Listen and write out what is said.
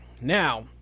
now